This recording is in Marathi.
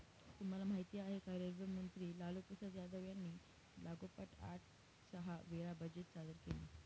तुम्हाला माहिती आहे का? रेल्वे मंत्री लालूप्रसाद यादव यांनी लागोपाठ आठ सहा वेळा बजेट सादर केले